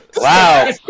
Wow